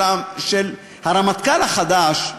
של הרמטכ"ל החדש,